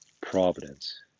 providence